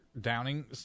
Downing